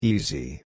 Easy